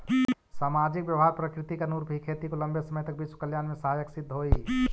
सामाजिक व्यवहार प्रकृति के अनुरूप ही खेती को लंबे समय तक विश्व कल्याण में सहायक सिद्ध होई